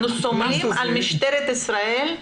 אנחנו סומכים על משטרת ישראל,